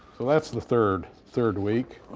so that's the third third week.